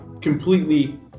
completely